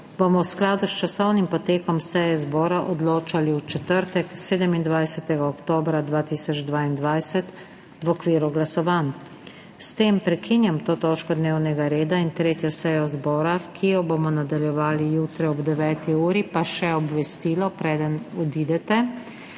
bomo v skladu s časovnim potekom seje zbora odločali v četrtek, 27. oktobra 2022, v okviru glasovanj. S tem prekinjam to točko dnevnega reda in 3. sejo zbora, ki jo bomo nadaljevali jutri ob 9. uri. Pa še obvestilo, preden odidete.